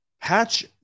Patch